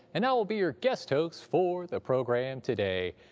and i will be your guest host for the program today.